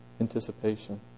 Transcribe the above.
anticipation